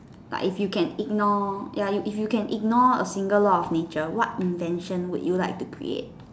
but if you can ignore ya if you can ignore a single law of nature what invention would you like to create